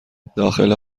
داخل